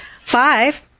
Five